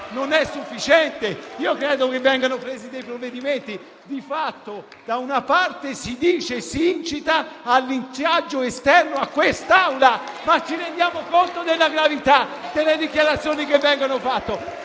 non è sufficiente. Io credo che si debbano prendere dei provvedimenti. Di fatto, da una parte si incita al linciaggio esterno a quest'Assemblea. Ma ci rendiamo conto della gravità delle dichiarazioni che vengono fatte?